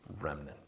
remnant